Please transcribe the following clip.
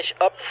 up